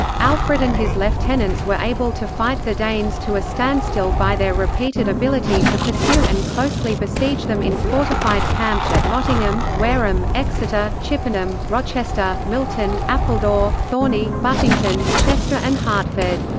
alfred and his lieutenants were able to fight the danes to a standstill by their repeated ability to pursue and closely besiege them in fortified camps at nottingham, wareham, exeter, chippenham, rochester, milton, appledore, thorney, buttington, chester and hertford.